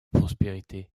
prospérité